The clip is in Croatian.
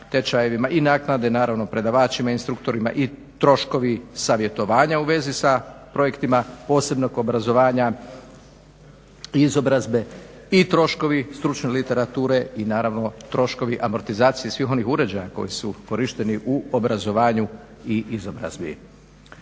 tečajevima i naknade naravno predavačima, instruktorima i troškovi savjetovanja u svezi sa projektima posebnog obrazovanja i izobrazbe i troškovi stručne literature i naravno troškovi amortizacije i svih onih uređaja koji su korišteni u obrazovanju i izobrazbi.